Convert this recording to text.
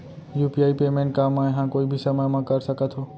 UPI payment का मैं ह कोई भी समय म कर सकत हो?